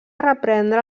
reprendre